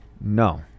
No